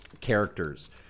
characters